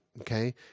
okay